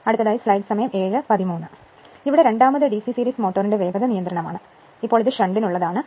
ഇപ്പോൾ രണ്ടാമത്തേത് DC series മോട്ടോറിന്റെ വേഗത നിയന്ത്രണമാണ് ഇപ്പോൾ ഇത് ഷണ്ടിനുള്ളതാണ്